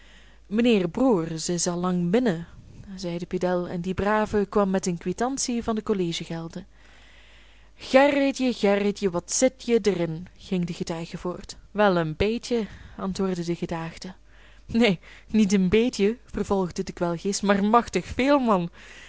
mijnheer broers is al lang binnen zei de pedel en die brave kwam met een kwitantie van de college gelden gerritje gerritje wat zit je der in ging de getuige voort wel een beetje antwoordde de gedaagde neen niet een beetje vervolgde de kwelgeest maar machtig veel man